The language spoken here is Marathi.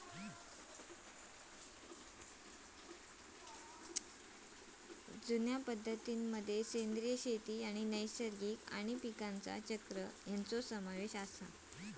जुन्या पद्धतीं मध्ये सेंद्रिय शेती आणि नैसर्गिक आणि पीकांचा चक्र ह्यांचो समावेश आसा